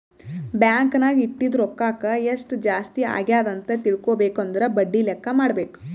bank ನಾಗ್ ಇಟ್ಟಿದು ರೊಕ್ಕಾಕ ಎಸ್ಟ್ ಜಾಸ್ತಿ ಅಗ್ಯಾದ್ ಅಂತ್ ತಿಳ್ಕೊಬೇಕು ಅಂದುರ್ ಬಡ್ಡಿ ಲೆಕ್ಕಾ ಮಾಡ್ಬೇಕ